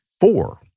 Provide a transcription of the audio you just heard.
four